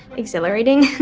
exhilarating.